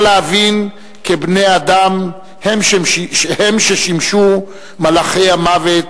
להבין כי בני-אדם הם ששימשו מלאכי מוות,